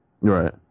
Right